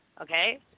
okay